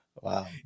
Wow